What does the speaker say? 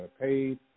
paid